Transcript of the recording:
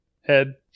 head